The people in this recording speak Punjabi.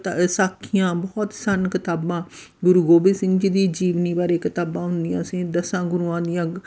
ਤ ਸਾਖੀਆਂ ਬਹੁਤ ਸਨ ਕਿਤਾਬਾਂ ਗੁਰੂ ਗੋਬਿੰਦ ਸਿੰਘ ਜੀ ਦੀ ਜੀਵਨੀ ਬਾਰੇ ਕਿਤਾਬਾਂ ਹੁੰਦੀਆਂ ਸੀ ਦਸਾਂ ਗੁਰੂਆਂ ਦੀਆਂ